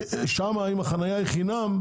שם אם החניה היא חינם,